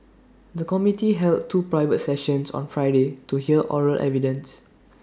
the committee held two private sessions on Friday to hear oral evidence